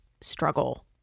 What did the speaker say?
struggle